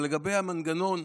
אבל לגבי המנגנון,